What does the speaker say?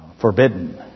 forbidden